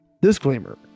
Disclaimer